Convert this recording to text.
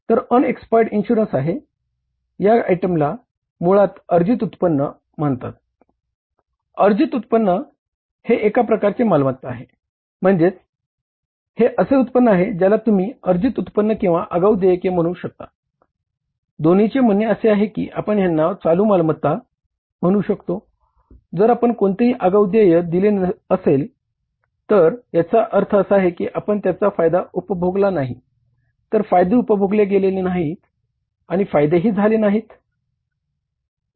तर unexpired insurance दिले असेल तर याचा अर्थ असा आहे की आपण त्याचा फायदा उपभोगले नाही तर फायदे उपभोगले गेलेले नाहीत आणि फायदेही झाले ही नाहीत